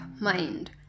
mind